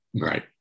Right